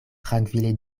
trankvile